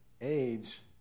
age